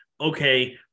okay